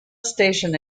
station